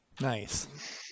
Nice